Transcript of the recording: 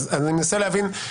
אני מנסה להבין.